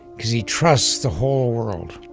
because he trusts the whole world